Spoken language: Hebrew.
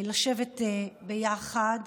לשבת ביחד,